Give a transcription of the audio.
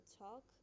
talk